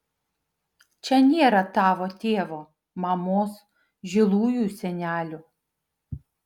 čia nėra tavo tėvo mamos žilųjų senelių